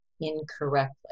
incorrectly